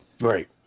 Right